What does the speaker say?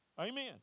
amen